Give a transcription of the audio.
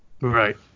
Right